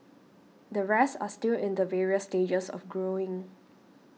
the rest are still in the various stages of growing